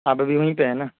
آپ ابھی وہیں پہ ہیں نا